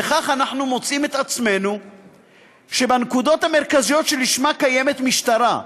וכך אנחנו מוצאים את עצמנו שבנקודות המרכזיות שלשמן קיימת משטרה,